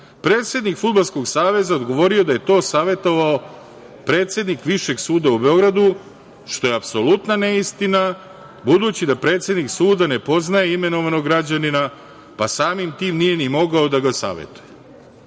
predsednik Fudbalskog saveza odgovorio da ga je to savetovao predsednik Višeg suda u Beogradu, što je apsolutna neistina, budući da predsednik suda ne poznaje imenovanog građanina, pa samim tim nije ni mogao da ga savetuje. Da